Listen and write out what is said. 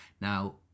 Now